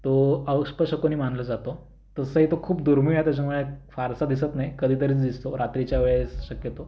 तो अपशकुनी मानला जातो तसंही तो खूप दुर्मिळ आहे त्याच्यामुळे फारसा दिसत नाही कधीतरीच दिसतो रात्रीच्या वेळेस शक्यतो